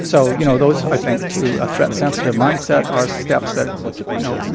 so you know, those, i think, to a threat-sensitive mindset, are steps that you know,